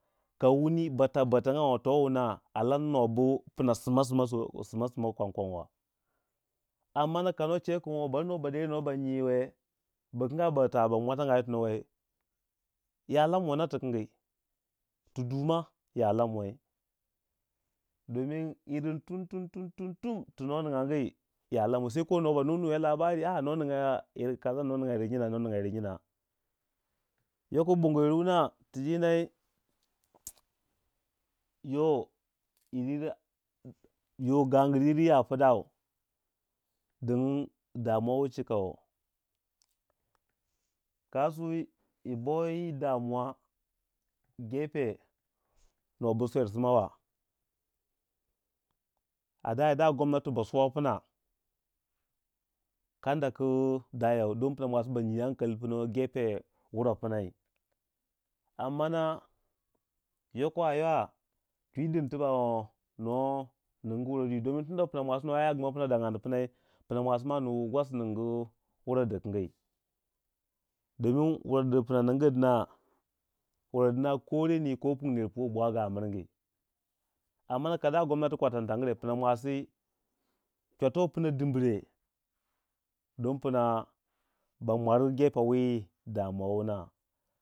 Ka wumi ba tabbatanga to wuna a lammuwa bu sima sima pna sima sima kwang kwangwa ammana ka no chekin no bade ba nyiwe nuwa bu kanga ba mwatagnya yi tono wei ya lanuwai na tikingi, tu dwu ma ya lanwai don yiringi tumtum tum tu no ningangi ya lamwai saiko no ba nu nuyouw labari kin no nnga yir nyina no ninga yir nyina yoko bongoyir wuna ti dinai yo, yo gangir yir ya pdau dingin damuwa cika wo, kasui iboyi damuwa gefe nobu swer smawa a daya da gomnati basuwa pna kanda ku dayau don banyi ankali pna gepe wurai pnai, ammana yoko a ywa twi din tibak wohh no ningu wurai dwi don tunda pna mwa noya yagu pna daganni pnai, pna mwasi nu gwasi ningu wura dikingi, domin wura du pna ningu dna wura dna ko reni ko punge ner puwei bwagu a miringi amman kada gomnati kwatantangu rai, pna mwasi chwato pna dimre don pna ba mwar gefe wi damuwa wuna.